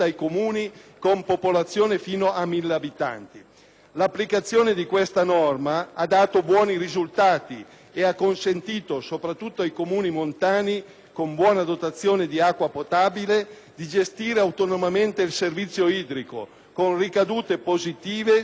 L'applicazione di questa norma ha dato buoni risultati e ha consentito, soprattutto ai Comuni montani con buona dotazione di acqua potabile, di gestire autonomamente il servizio idrico, con ricadute positive sui cittadini relativamente alle tariffe.